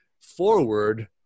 forward